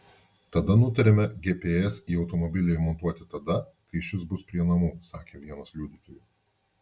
tada nutarėme gps į automobilį įmontuoti tada kai šis bus prie namų sakė vienas liudytojų